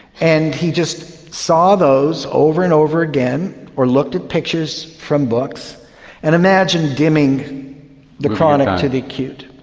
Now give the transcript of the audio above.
and he just saw those over and over again or looked at pictures from books and imagined dimming the chronic to the acute.